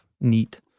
neat